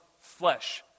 flesh